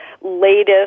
latest